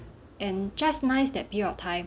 and just nice that period of time